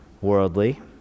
worldly